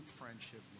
friendship